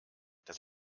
dass